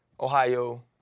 Ohio